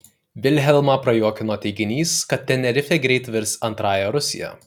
vilhelmą prajuokino teiginys kad tenerifė greit virs antrąja rusija